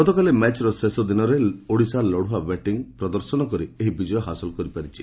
ଗତକାଲି ମ୍ୟାଚ୍ର ଶେଷ ଦିନରେ ଓଡ଼ିଶା ଲଭୁଆ ବ୍ୟାଟିଂ ବଳରେ ଏହି ବିଜୟ ହାସଲ କରିପାରିଛି